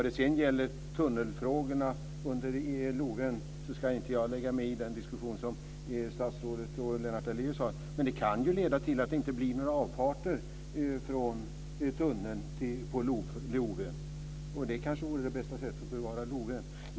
Vad sedan gäller tunnelfrågorna under Lovön ska inte jag lägga mig i den diskussion som statsrådet och Lennart Daléus har, men det kan ju leda till att det inte blir några avfarter från tunneln på Lovön, och det kanske vore det bästa sättet att bevara Lovön.